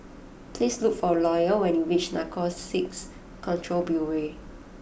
please look for Loyal when you reach Narcotics Control Bureau